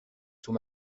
sous